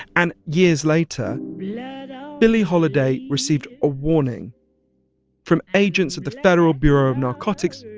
and years later, yeah and billie holiday received a warning from agents at the federal bureau of narcotics.